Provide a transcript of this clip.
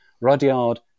Rudyard